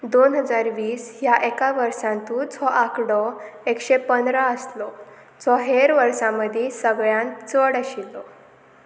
दोन हजार वीस ह्या एका वर्सांतूच हो आंकडो एकशे पंदरा आसलो जो हेर वर्सां मदीं सगळ्यांत चड आशिल्लो